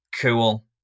cool